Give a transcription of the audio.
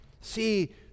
See